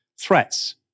threats